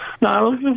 no